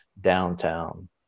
downtown